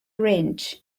range